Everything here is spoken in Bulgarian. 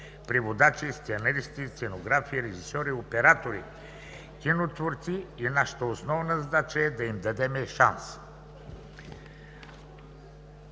преводачи, сценаристи, сценографи, режисьори, оператори, кинотворци, и нашата основна задача е да им дадем шанс.